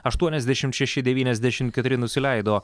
aštuoniasdešimt šeši devyniasdešimt keturi nusileido